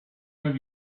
have